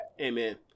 Amen